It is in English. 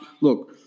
look